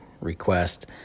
request